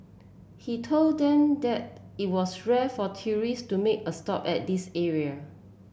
he told them that it was rare for tourist to make a stop at this area